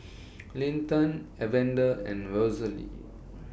Linton Evander and Rosalie